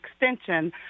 extension